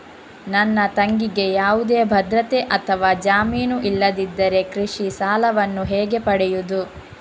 ನನ್ನ ತಂಗಿಗೆ ಯಾವುದೇ ಭದ್ರತೆ ಅಥವಾ ಜಾಮೀನು ಇಲ್ಲದಿದ್ದರೆ ಕೃಷಿ ಸಾಲವನ್ನು ಹೇಗೆ ಪಡೆಯುದು?